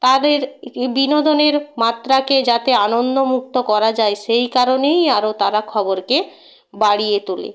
তাদের ই বিনোদনের মাত্রাকে যাতে আনন্দ মুক্ত করা যায় সেই কারণেই আরো তারা খবরকে বাড়িয়ে তোলে